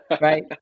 right